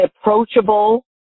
approachable